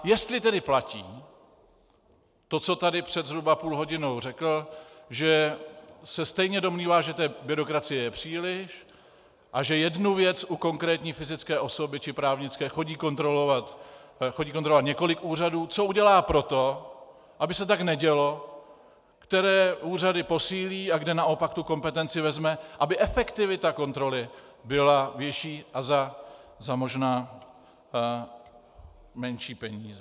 Jestli tedy platí to, co tady zhruba před půlhodinou řekl, že se stejně domnívá, že té byrokracie je příliš a že jednu věc u konkrétní fyzické osoby či právnické chodí kontrolovat několik úřadů, co udělá pro to, aby se tak nedělo, které úřady posílí a kde naopak tu kompetenci vezme, aby efektivita kontroly byla vyšší a možná za menší peníze.